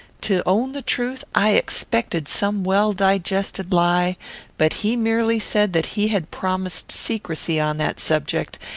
to own the truth, i expected some well-digested lie but he merely said that he had promised secrecy on that subject,